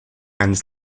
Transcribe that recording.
eines